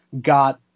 got